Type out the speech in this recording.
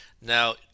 Now